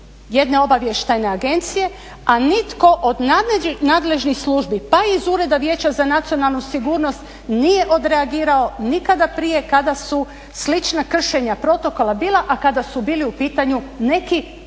jedne obavještajne agencije, a nitko od nadležnih službi pa iz Ureda vijeća za nacionalnu sigurnost nije odreagirao nikada prije kada su slična kršenja protokola bila, a kada su bili u pitanju neki "obični"